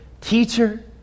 Teacher